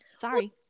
Sorry